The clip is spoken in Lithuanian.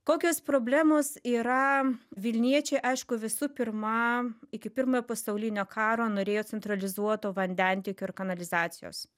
kokios problemos yra vilniečiai aišku visų pirma iki pirmo pasaulinio karo norėjo centralizuoto vandentiekio ir kanalizacijos